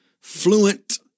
fluent